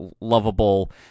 lovable